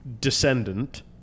descendant